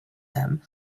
them